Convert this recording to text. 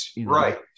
right